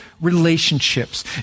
relationships